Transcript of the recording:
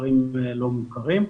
כפרים לא מוכרים.